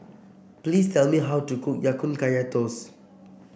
please tell me how to cook Ya Kun Kaya Toast